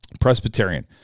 Presbyterian